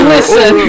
Listen